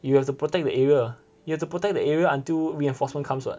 you have to protect the area you have to protect the area until reinforcement comes what